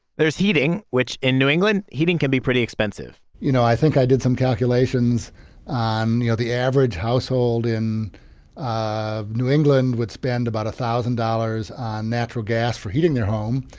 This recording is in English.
there's heating, which in new england heating can be pretty expensive you know, i think i did some calculations on you know, the average household in ah new england would spend about one thousand dollars on natural gas for heating their home.